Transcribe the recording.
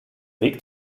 weg